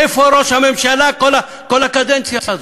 איפה ראש הממשלה כל הקדנציה הזו,